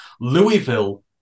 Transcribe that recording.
Louisville